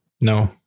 No